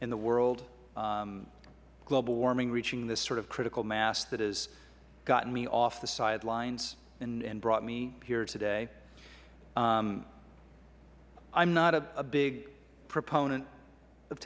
in the world global warming reaching this sort of critical mass that has gotten me off the sidelines and brought me here today i am not a big proponent of